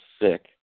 sick